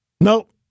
Nope